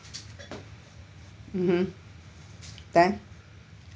mmhmm then